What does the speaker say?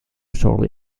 shortly